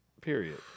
Period